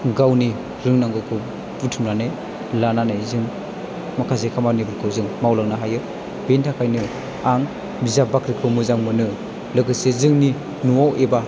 गावनि रोंनांगौखौ बुथुमनानै लानानै जों माखासे खामानिफोरखौ जों मावलांनो हायो बेनि थाखायनो आं बिजाब बाख्रिखौ मोजां मोनो लोगोसे जोंनि न'आव एबा